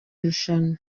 irushanwa